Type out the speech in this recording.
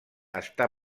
està